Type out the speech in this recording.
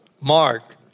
Mark